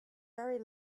very